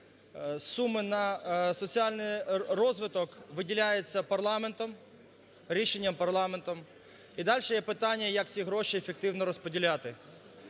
суми на соціальний розвиток виділяються парламентом, рішенням парламенту, і дальше є питання, як ці гроші ефективно розподіляти.